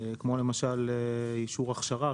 כמו למשל אישור הכשרה,